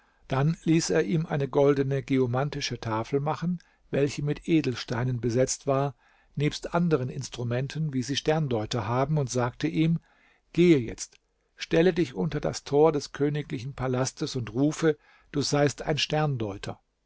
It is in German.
dann ließ er ihm eine goldene geomantische tafel machen welche mit edelsteinen besetzt war nebst anderen instrumenten wie sie sterndeuter haben und sagte ihm gehe jetzt stelle dich unter das tor des königlichen palastes und rufe du seist ein sterndeuter